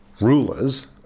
rulers